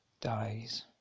dies